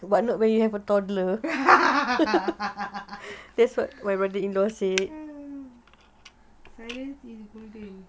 silence is golden